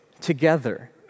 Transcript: together